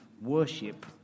worship